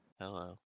Hello